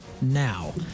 now